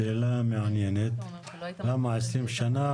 שאלה מעניינת למה ל 20 שנה.